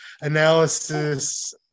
analysis